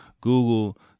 google